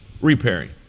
repairing